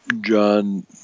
John